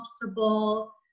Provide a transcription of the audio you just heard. comfortable